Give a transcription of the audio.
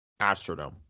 Astrodome